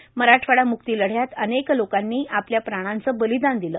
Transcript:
मराठवाडा म्क्ती लढ़यात अनेक लोकांनी आपल्या प्राणांचे बलिदान दिले